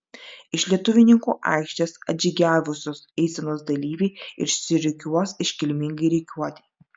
iš lietuvininkų aikštės atžygiavusios eisenos dalyviai išsirikiuos iškilmingai rikiuotei